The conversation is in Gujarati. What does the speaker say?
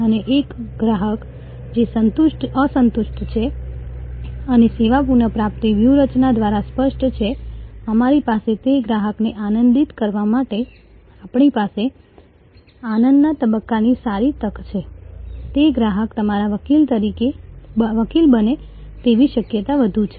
અને એક ગ્રાહક જે અસંતુષ્ટ છે અને સેવા પુનઃપ્રાપ્તિ વ્યૂહરચના દ્વારા સ્પષ્ટ છે અમારી પાસે તે ગ્રાહકને આનંદિત કરવા માટે આપણી પાસે આનંદના તબક્કાની સારી તક છે તે ગ્રાહક તમારા વકીલ બને તેવી શક્યતા વધુ છે